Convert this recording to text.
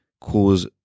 cause